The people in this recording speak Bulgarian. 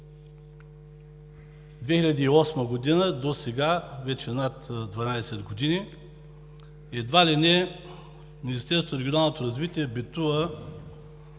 2008 г. досега – вече над 12 години, едва ли не в Министерството на регионалното развитие битува